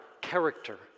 character